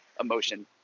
emotion